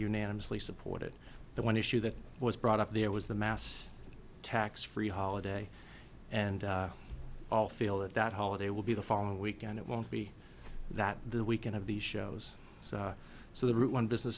unanimously supported the one issue that was brought up there was the mass tax free holiday and all feel that that holiday will be the following weekend it won't be that the weekend of these shows so the route one business